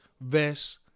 vest